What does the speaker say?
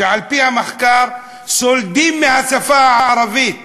שעל-פי המחקר סולדים מהשפה הערבית